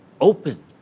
open